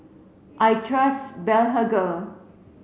I trust Blephagel